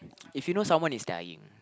if you know someone is dying